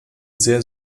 sehr